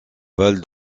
val